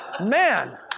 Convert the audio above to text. Man